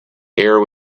air